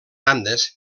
bandes